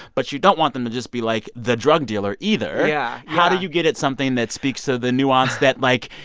but you don't want them to just be, like, the drug dealer, either yeah how do you get at something that speaks to so the nuance that, like,